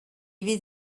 fydd